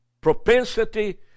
propensity